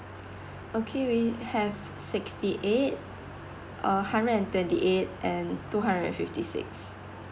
okay we have sixty eight uh hundred and twenty eight and two hundred and fifty six